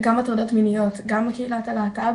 גם הטרדות מיניות, גם קהילת הלהט"ב